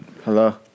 Hello